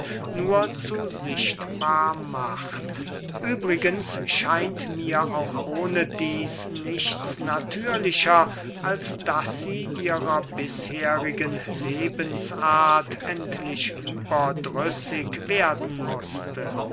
nur zu sichtbar macht übrigens scheint mir auch ohnedieß nichts natürlicher als daß sie ihrer bisherigen lebensart endlich überdrüßig werden mußte